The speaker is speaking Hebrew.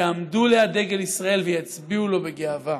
יעמדו ליד דגל ישראל ויצדיעו לו בגאווה.